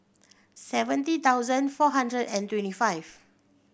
seventy thousand four hundred and twenty five